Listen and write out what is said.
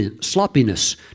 sloppiness